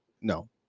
no